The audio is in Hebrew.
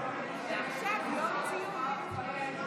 חוק ומשפט נתקבלה.